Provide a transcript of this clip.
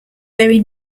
very